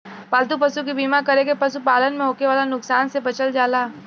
पालतू पशु के बीमा कर के पशुपालन में होखे वाला नुकसान से बचल जाला